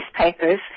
newspapers